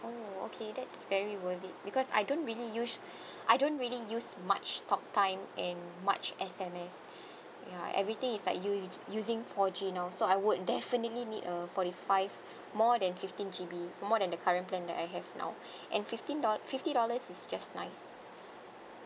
oh okay that's very worth it because I don't really use I don't really use much talk time and much S_M_S ya everything is like usi~ using four G now so I would definitely need a forty five more than fifteen G_B more than the current plan that I have now and fifteen doll~ fifty dollars is just nice